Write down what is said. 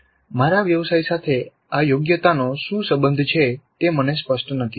મારા વ્યવસાય સાથે આ યોગ્યતાનો શું સંબંધ છે તે મને સ્પષ્ટ નથી